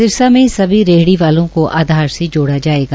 सिरसा में सभी रेहड़ी वालो को आधार से जोड़ा जाएगा